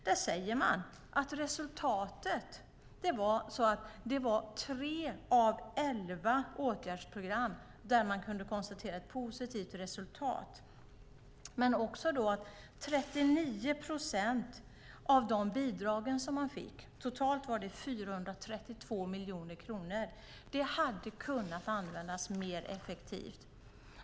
Man säger att resultatet var att man i tre av elva åtgärdsprogram kunde konstatera ett positivt resultat. Av de bidrag man fick, totalt var det 432 miljoner kronor, hade 39 procent kunnat användas mer effektivt.